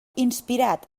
inspirat